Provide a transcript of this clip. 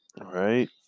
Right